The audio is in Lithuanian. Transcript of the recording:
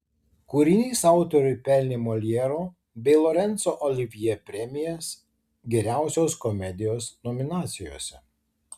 kūrinys autoriui pelnė moljero bei lorenco olivjė premijas geriausios komedijos nominacijose